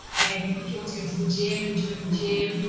and if you want to go to the gym and join the gym,